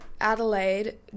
Adelaide